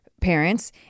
parents